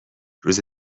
روز